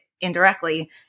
indirectly